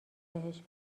بهش